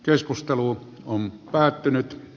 keskustelu on päättynyt